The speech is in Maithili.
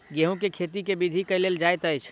गेंहूँ केँ खेती केँ विधि सँ केल जाइत अछि?